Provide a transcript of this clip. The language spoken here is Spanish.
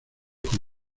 con